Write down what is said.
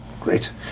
Great